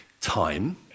Time